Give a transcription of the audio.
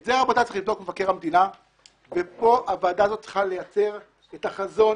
את זה צריך לבדוק מבקר המדינה והוועדה הזאת צריכה לייצר את החזון